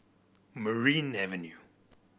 Merryn Avenue